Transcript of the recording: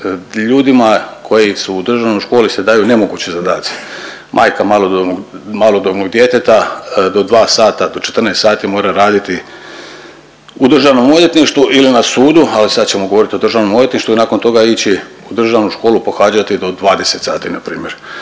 Ljudima koji su u državnoj školi se daju nemogući zadaci. Majka malodobnog djeteta do 2 sata, do 14 sati mora raditi u državnom odvjetništvu ili na sudu, ali sad ćemo govoriti o državnom odvjetništvu i nakon toga ići u državnu školu pohađati do 20 sati na primjer.